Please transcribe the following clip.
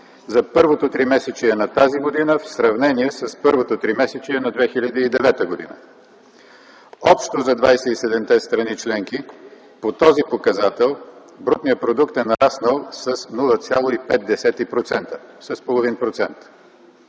за първото тримесечие на тази година в сравнение с първото тримесечие на 2009 г. Общо за 27-те страни членки по този показател брутният продукт е нараснал с 0,5%,